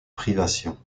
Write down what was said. privation